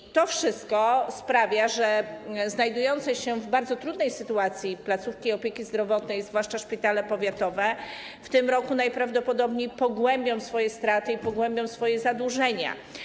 I to wszystko sprawia, że znajdujące się w bardzo trudnej sytuacji placówki opieki zdrowotnej, zwłaszcza szpitale powiatowe, w tym roku najprawdopodobniej pogłębią swoje straty i pogłębią swoje zadłużenie.